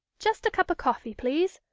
just a cup of coffee, please.